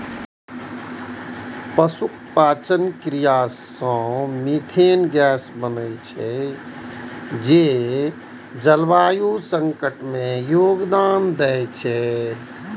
पशुक पाचन क्रिया सं मिथेन गैस बनै छै, जे जलवायु संकट मे योगदान दै छै